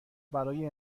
برای